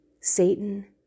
Satan